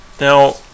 Now